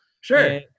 Sure